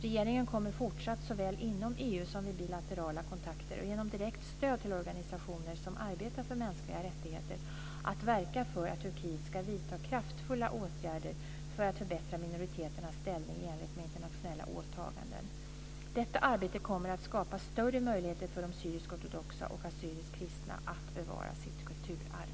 Regeringen kommer fortsatt, såväl inom EU som vid bilaterala kontakter och genom direkt stöd till organisationer som arbetar för mänskliga rättigheter, att verka för att Turkiet ska vidta kraftfulla åtgärder för att förbättra minoriteternas ställning i enlighet med internationella åtaganden. Detta arbete kommer att skapa större möjligheter för de syrisk-ortodoxa och assyriskt kristna att bevara sitt kulturarv.